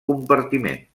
compartiment